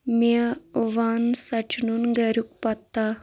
مےٚ وَن سچنُن گَریُک پتہ